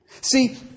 See